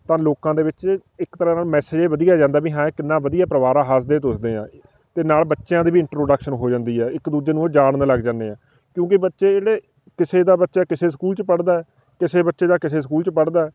ਤਾਂ ਲੋਕਾਂ ਦੇ ਵਿੱਚ ਇੱਕ ਤਰ੍ਹਾਂ ਨਾਲ ਮੈਸੇਜ ਵਧੀਆ ਜਾਂਦਾ ਵੀ ਹਾਂ ਇਹ ਕਿੰਨਾ ਵਧੀਆ ਪਰਿਵਾਰ ਆ ਹੱਸਦੇ ਦੁਸਦੇ ਆ ਅਤੇ ਨਾਲ ਬੱਚਿਆਂ ਦੇ ਵੀ ਇੰਟਰੋਡਕਸ਼ਨ ਹੋ ਜਾਂਦੀ ਹੈ ਇੱਕ ਦੂਜੇ ਨੂੰ ਉਹ ਜਾਣਨ ਲੱਗ ਜਾਂਦੇ ਆ ਕਿਉਂਕਿ ਬੱਚੇ ਜਿਹੜੇ ਕਿਸੇ ਦਾ ਬੱਚਾ ਕਿਸੇ ਸਕੂਲ 'ਚ ਪੜ੍ਹਦਾ ਕਿਸੇ ਬੱਚੇ ਦਾ ਕਿਸੇ ਸਕੂਲ 'ਚ ਪੜ੍ਹਦਾ